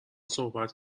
صحبت